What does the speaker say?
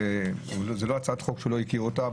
זו לא הצעת חוק שהוא לא הכיר אותה,